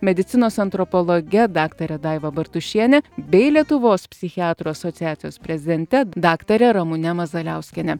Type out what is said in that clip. medicinos antropologe daktare daiva bartušienė bei lietuvos psichiatrų asociacijos prezidente daktare ramune mazaliauskiene